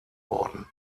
worden